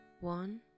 one